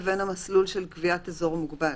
לבין המסלול של קביעת אזור מוגבל.